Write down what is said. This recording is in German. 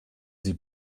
sie